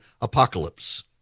apocalypse